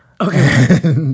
Okay